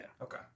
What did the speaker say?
okay